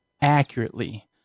accurately